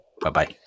Bye-bye